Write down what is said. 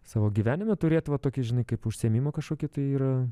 savo gyvenime turėt va tokį žinai kaip užsiėmimą kažkokį tai yra